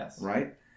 right